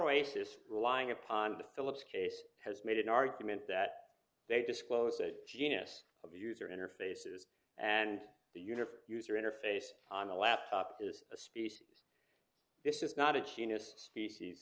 waste is relying upon the phillips case has made an argument that they disclose the genius of user interfaces and the unit user interface on the laptop is a species this is not a genius species